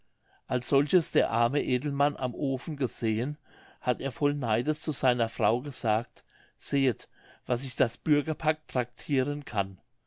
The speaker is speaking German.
als solches der arme edelmann am ofen gesehen hat er voll neides zu seiner frau gesagt sehet wie sich das bürgerpack traktiren kann